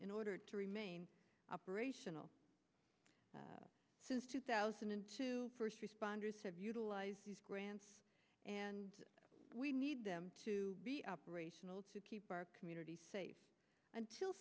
in order to remain operational since two thousand and two first responders have utilized these grants and we need them to be operational to keep our community safe until